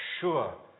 sure